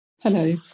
Hello